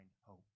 hope